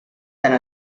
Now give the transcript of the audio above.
tant